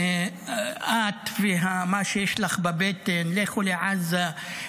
את ומה שיש לך בבטן, לכו לעזה.